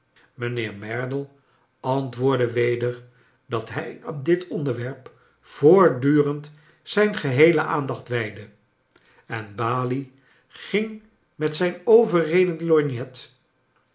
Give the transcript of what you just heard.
mijnheer merdle antwoordde we der dat hij aan dit onderwerp voortdurend zijn geheele aandacht wijdde en balie ging met zijn overredend lorgnet